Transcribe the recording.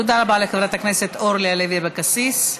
תודה רבה לחברת הכנסת אורלי לוי אבקסיס.